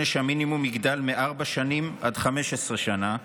עונש המינימום יגדל מארבע שנים עד 15 שנה,